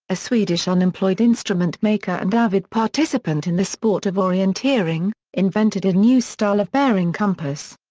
a swedish unemployed instrument maker and avid participant in the sport of orienteering, invented a new style of bearing compass.